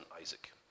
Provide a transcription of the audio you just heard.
Isaac